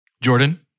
Jordan